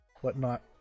whatnot